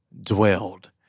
dwelled